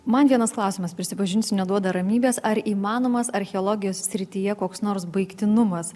man vienas klausimas prisipažinsiu neduoda ramybės ar įmanomas archeologijos srityje koks nors baigtinumas